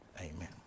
Amen